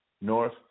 North